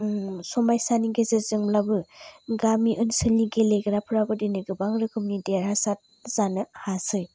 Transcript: समयसानि गेजेरजोंब्लाबो गामि ओनसोलनि गेलेग्राफ्राबो दिनै गोबां रोखोमनि देरसार जानो हासै